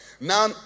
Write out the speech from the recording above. Now